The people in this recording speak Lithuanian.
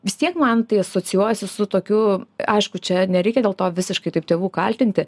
vis tiek man tai asocijuojasi su tokiu aišku čia nereikia dėl to visiškai taip tėvų kaltinti